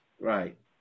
Right